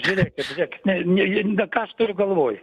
žiūrėkite žiūrėkit ne ne ne ką aš turiu galvoj